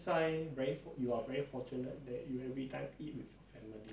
so she can move on to other chores and she doesn't always really care about how